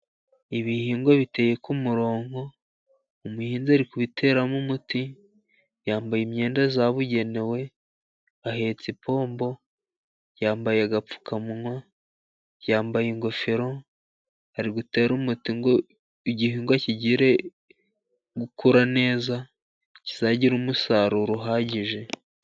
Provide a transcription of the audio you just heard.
Ibihingwa biteye ku murongo, umuhinzi ari kubiteramo umuti. Yambaye imyenda yabugenewe. Ahetse ipombo, yambaye agapfukamunwa, yambaye ingofero. Ari gutera umuti ngo igihingwa kigire gukura neza, kizagire umusaruro uhagije.